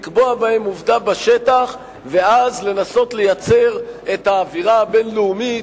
לקבוע בהם עובדה בשטח ואז לנסות לייצר את האווירה הבין-לאומית,